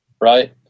right